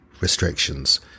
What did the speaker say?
restrictions